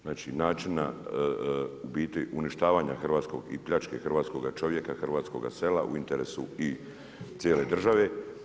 Znači način u biti uništavanja hrvatskog i pljačke hrvatskog čovjeka, hrvatskoga sela u interesu i cijele države.